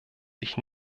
sich